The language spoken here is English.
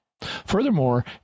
Furthermore